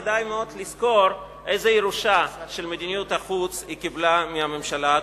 כדאי מאוד לזכור איזה ירושה של מדיניות החוץ היא קיבלה מהממשלה הקודמת.